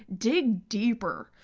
dig deeper.